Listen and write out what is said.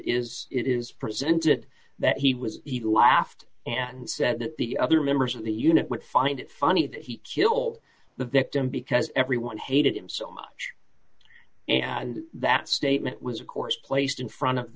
is it is presented that he was even laughed ready and said that the other members of the unit would find it funny that he killed the victim because everyone hated him so much and that statement was of course placed in front of